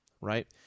right